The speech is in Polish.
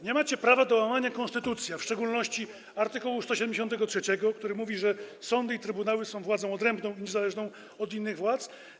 Nie macie prawa do łamania konstytucji, a w szczególności art. 173, który mówi, że sądy i trybunały są władzą odrębną i niezależną od innych władz.